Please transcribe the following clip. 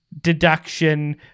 deduction